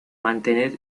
mantener